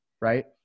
right